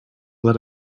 let